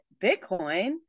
bitcoin